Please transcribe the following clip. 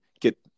get